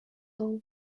all